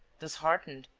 disheartened,